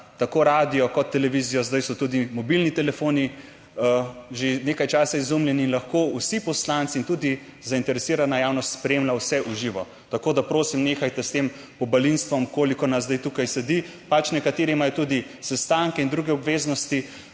tako radio kot televizijo, zdaj so tudi mobilni telefoni že nekaj časa izumljeni, lahko vsi poslanci in tudi zainteresirana javnost spremlja vse v živo. Tako da prosim, nehajte s tem pobalinstvom, koliko nas zdaj tukaj sedi, pač nekateri imajo tudi sestanke in druge obveznosti.